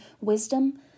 wisdom